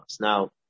Now